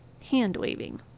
hand-waving